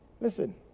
Listen